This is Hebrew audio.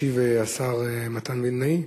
ישיב השר מתן וילנאי?